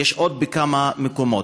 ויש בעוד כמה מקומות.